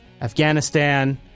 Afghanistan